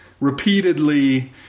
repeatedly